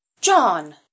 John